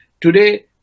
today